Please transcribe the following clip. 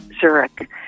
Zurich